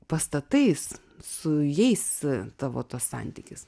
pastatais su jais tavo tas santykis